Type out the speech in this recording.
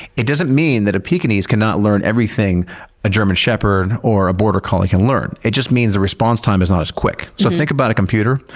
it doesn't mean that a pekingese cannot learn everything a german shepherd or a border collie can learn. it just means the response time is not as quick. so think about a computer,